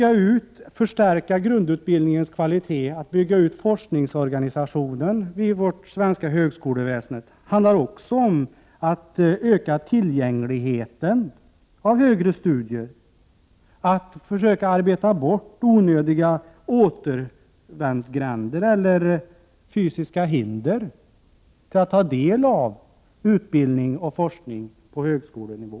Att förstärka grundutbildningens kvalitet och att bygga ut forskningsorganisationen vid vårt svenska högskoleväsende handlar också om att öka tillgängligheten till högre studier, att försöka arbeta bort onödiga återvändsgränder eller fysiska hinder för att kunna ta del av utbildning och forskning på högskolenivå.